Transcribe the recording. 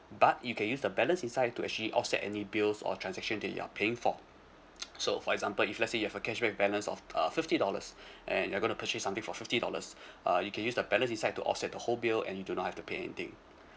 but you can use the balance inside to actually offset any bills or transaction that you are paying for so for example if let's say you have a cashback balance of uh fifty dollars and you're going to purchase something for fifty dollars uh you can use the balance inside to offset the whole bill and you do not have to pay anything